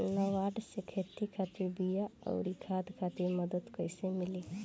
नाबार्ड से खेती खातिर बीया आउर खाद खातिर मदद कइसे मिली?